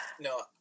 No